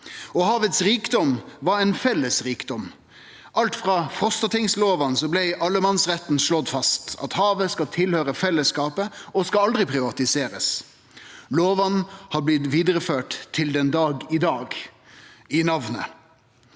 Havets rikdom var ein felles rikdom. Alt frå frostatingslovane blei allemannsretten slått fast – at havet skal tilhøyre fellesskapet og aldri privatiserast. Lovane har blitt vidareførte til dagen i dag, i namnet.